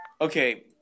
okay